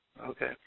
Okay